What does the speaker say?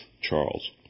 Charles